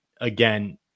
again